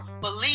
Believe